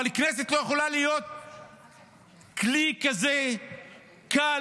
אבל הכנסת לא יכולה להיות כלי כזה קל,